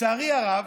לצערי הרב,